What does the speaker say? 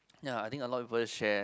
ya I think a lot people share